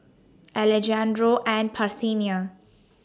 Alejandro and Parthenia